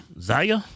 Zaya